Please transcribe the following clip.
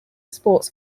sports